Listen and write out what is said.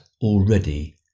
already